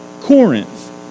Corinth